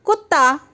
ਕੁੱਤਾ